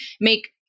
make